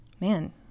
Man